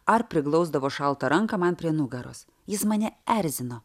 ar priglausdavo šaltą ranką man prie nugaros jis mane erzino